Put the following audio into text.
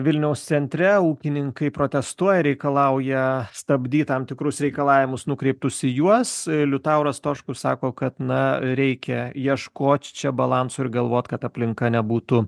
vilniaus centre ūkininkai protestuoja reikalauja stabdyt tam tikrus reikalavimus nukreiptus į juos liutauras stoškus sako kad na reikia ieškot čia balanso ir galvot kad aplinka nebūtų